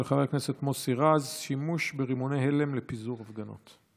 של חבר הכנסת מוסי רז: שימוש ברימוני הלם לפיזור הפגנות.